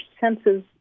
senses